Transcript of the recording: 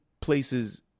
places